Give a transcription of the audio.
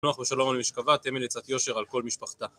תנוח בשלום על משכבה, תהה מליצת יושר על כל משפחתה